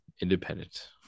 independent